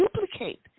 duplicate